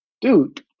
dude